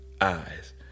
eyes